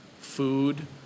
food